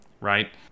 right